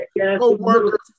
co-workers